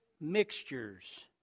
mixtures